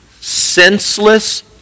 senseless